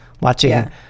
watching